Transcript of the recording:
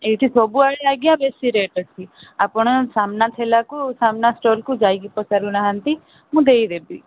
ଏଇଠି ସବୁଆଡ଼େ ଆଜ୍ଞା ବେଶୀ ରେଟ୍ ଅଛି ଆପଣ ସାମ୍ନା ଠେଲାକୁ ସାମ୍ନା ଷ୍ଟଲ୍କୁ ଯାଇକି ପଚାରୁନାହାନ୍ତି ମୁଁ ଦେଇଦେବି